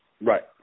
Right